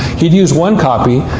he'd used one copy,